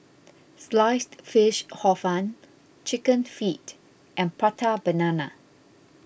Sliced Fish Hor Fun Chicken Feet and Prata Banana